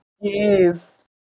Yes